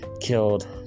killed